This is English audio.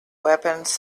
weapons